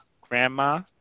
grandma